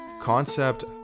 concept